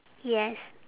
yes